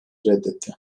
reddetti